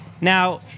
Now